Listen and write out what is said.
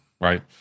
Right